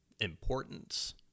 importance